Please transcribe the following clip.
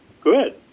good